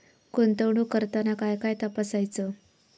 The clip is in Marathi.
गुंतवणूक करताना काय काय तपासायच?